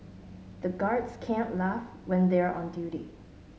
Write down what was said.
the guards can't laugh when they are on duty